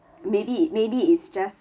maybe maybe it's just